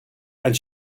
and